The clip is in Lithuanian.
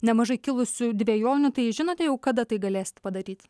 nemažai kilusių dvejonių tai žinote kada tai galėsit padaryti